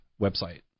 website